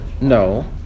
No